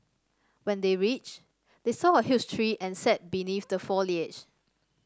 when they reached they saw a huge tree and sat beneath the foliage